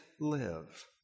live